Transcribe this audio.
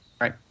Right